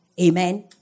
Amen